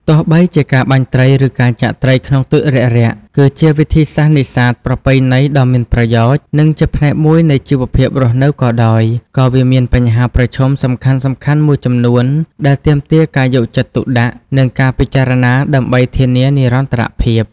ទោះបីជាការបាញ់ត្រី ឬការចាក់ត្រីក្នុងទឹករាក់ៗ គឺជាវិធីសាស្ត្រនេសាទប្រពៃណីដ៏មានប្រយោជន៍ និងជាផ្នែកមួយនៃជីវភាពរស់នៅក៏ដោយ ក៏វាមានបញ្ហាប្រឈមសំខាន់ៗមួយចំនួនដែលទាមទារការយកចិត្តទុកដាក់ និងការពិចារណាដើម្បីធានានិរន្តរភាព។